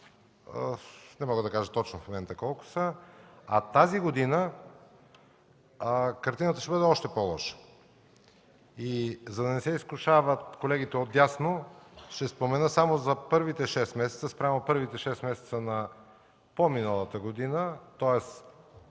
не мога да кажа точно колко са. Тази година картината ще бъде още по-лоша. За да не се изкушават колегите отдясно, ще спомена само за спрямо първите 6 месеца на по-миналата година, тоест